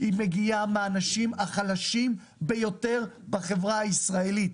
היא מגיעה מהאנשים החלשים ביותר בחברה הישראלית.